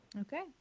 Okay